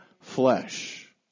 flesh